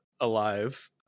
alive